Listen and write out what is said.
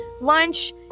lunch